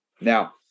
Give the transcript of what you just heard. Now